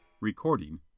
Recording